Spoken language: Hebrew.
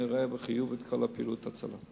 אני רואה בחיוב את כל פעילות ההצלה.